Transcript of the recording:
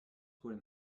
wurde